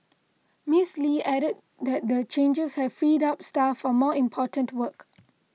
Miss Lee added that the changes have freed up staff for more important work